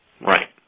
Right